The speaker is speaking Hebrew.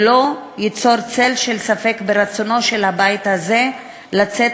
ולא ייווצר צל של ספק ברצונו של הבית הזה לצאת